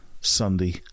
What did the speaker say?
Sunday